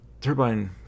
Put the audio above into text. turbine